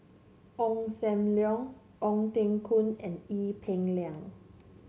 Ong Sam Leong Ong Teng Koon and Ee Peng Liang